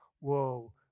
Whoa